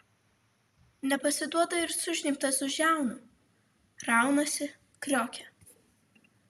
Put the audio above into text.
nepasiduoda ir sužnybtas už žiaunų raunasi kriokia